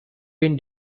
been